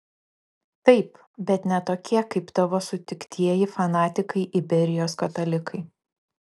taip bet ne tokie kaip tavo sutiktieji fanatikai iberijos katalikai